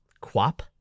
quap